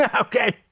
Okay